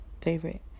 Favorite